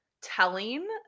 telling